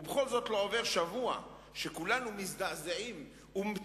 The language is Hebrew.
ובכל זאת לא עובר שבוע שכולנו לא מזדעזעים ומצקצקים